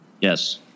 Yes